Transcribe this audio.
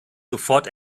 sofort